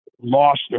lost